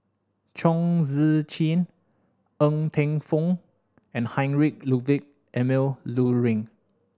Chong Tze Chien Ng Teng Fong and Heinrich Ludwig Emil Luering